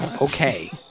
Okay